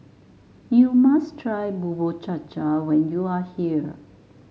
you must try Bubur Cha Cha when you are here